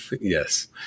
Yes